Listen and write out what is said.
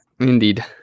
Indeed